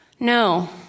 No